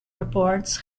reports